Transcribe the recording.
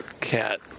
cat